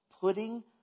putting